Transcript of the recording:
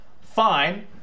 Fine